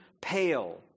pale